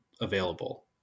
available